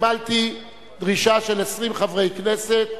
קיבלתי דרישה של 20 חברי כנסת,